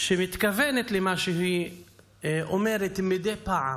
שמתכוונת למה שהיא אומרת מדי פעם.